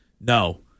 No